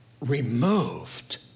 removed